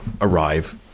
arrive